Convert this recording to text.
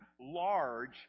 large